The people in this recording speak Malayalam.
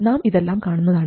നാം ഇതെല്ലാം കാണുന്നതാണ്